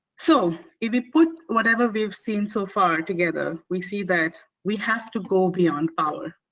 so if you put whatever we've seen so far together we see that we have to go beyond power,